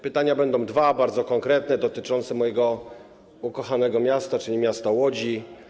Pytania będą dwa, bardzo konkretne, dotyczące mojego ukochanego miasta, czyli miasta Łodzi.